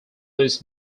louis